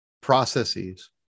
processes